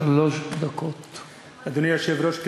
אדוני היושב-ראש,